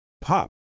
pop